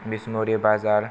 बिसमुरि बाजार